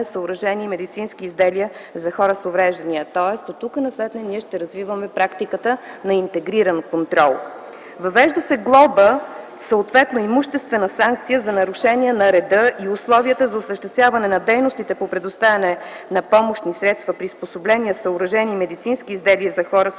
съоръжения и медицински изделия за хора с увреждания. Тоест оттук-нататък ние ще развиваме практиката на интегриран контрол. Въвежда се глоба, съответно имуществена санкция за нарушения на реда и условията за осъществяване на дейностите по осъществяване на помощни средства – приспособления, съоръжения, медицински изделия за хора с увреждания.